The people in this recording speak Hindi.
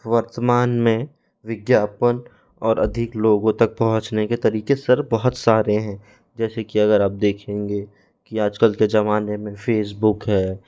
वर्तमान में विज्ञापन और अधिक लोगों तक पहुंचने के तरीक़े सर बहुत सारे हैं जैसे कि अगर आप देखेंगे कि आज कल के ज़माने में फेसबुक है